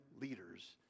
leaders